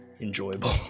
enjoyable